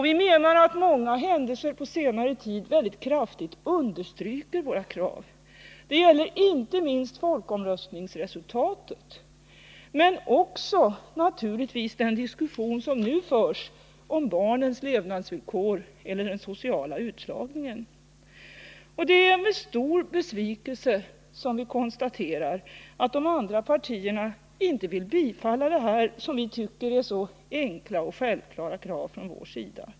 Vi tycker att många händelser på senare tid väldigt kraftigt understryker våra krav. Detta gäller inte minst folkomröstningsresultatet men också — naturligtvis — den diskussion som nu förts om barnens levnadsvillkor eller den sociala utslagningen. Det är med stor besvikelse som vi konstaterar att de andra partierna inte vill biträda de här, som vi tycker, så enkla och självklara kraven från vår sida.